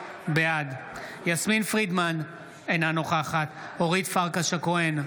בעד יסמין פרידמן, אינה נוכחת אורית פרקש הכהן,